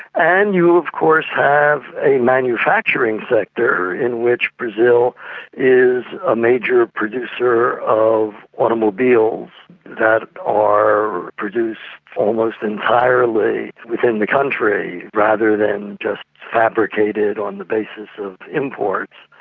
and you of course have a manufacturing sector in which brazil is a major producer of automobiles that are produced almost entirely within the country rather than just fabricated on the basis of imports.